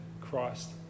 Christ